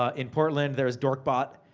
ah in portland, there's dorkbot,